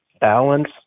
balance